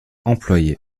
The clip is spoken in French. employé